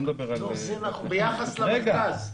ביחס למרכז.